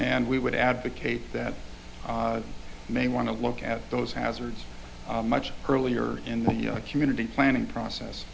and we would advocate that may want to look at those hazards much earlier in the community planning process